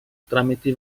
tramite